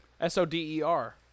S-O-D-E-R